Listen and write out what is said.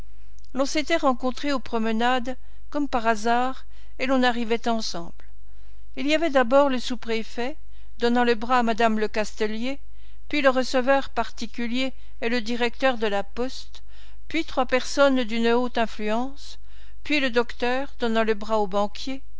l'on s'était rencontré aux promenades comme par hasard et l'on arrivait ensemble il y avait d'abord le sous-préfet donnant le bras à madame lecastelier puis le receveur particulier et le directeur de la poste puis trois personnes d'une haute influence puis le docteur donnant le bras au banquier